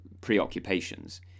preoccupations